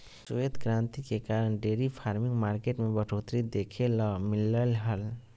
श्वेत क्रांति के कारण डेयरी फार्मिंग मार्केट में बढ़ोतरी देखे ल मिललय हय